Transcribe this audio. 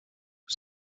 was